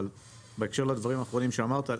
אבל בהקשר לדברים האחרונים שאמרת,